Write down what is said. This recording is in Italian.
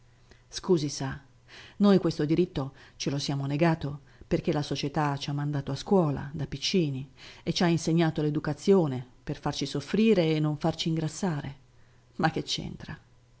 scusi sa noi questo diritto ce lo siamo negato perché la società ci ha mandato a scuola da piccini e ci ha insegnato l'educazione per farci soffrire e non farci ingrassare ma che